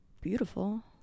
beautiful